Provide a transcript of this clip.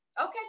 Okay